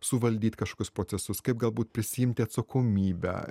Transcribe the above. suvaldyt kažkokius procesus kaip galbūt prisiimti atsakomybę